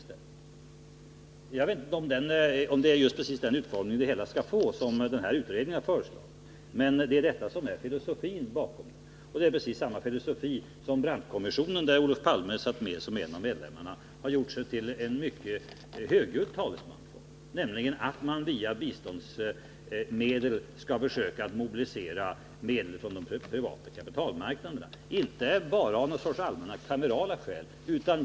Jag vet inte om det är precis den utformning som utredningen föreslagit att det hela skall få, men detta är filosofin bakom förslaget. Det är precis samma filosofi som Brandtkommissionens, där Olof Palme satt med som en av medlemmarna: att mobilisera medel från de privata kapitalmarknaderna till biståndsändamål.